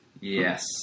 Yes